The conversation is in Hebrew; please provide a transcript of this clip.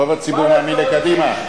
רוב הציבור מאמין לקדימה?